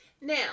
now